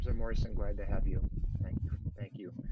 yeah morrison great to have you thank you thank you.